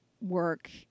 work